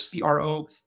CRO